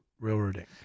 Railroading